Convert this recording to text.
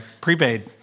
prepaid